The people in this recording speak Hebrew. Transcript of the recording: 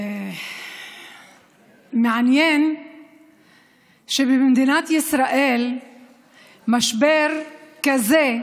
מעניין שבמדינת ישראל משבר כזה,